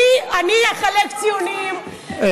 אני אחלק ציונים,